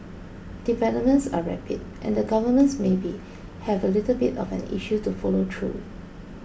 developments are rapid and the governments maybe have a little bit of an issue to follow through